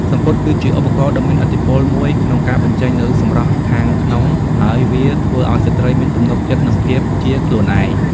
សំពត់គឺជាឧបករណ៍ដ៏មានឥទ្ធិពលមួយក្នុងការបញ្ចេញនូវសម្រស់ខាងក្នុងហើយ វាធ្វើឱ្យស្ត្រីមានទំនុកចិត្តនិងភាពជាខ្លួនឯង។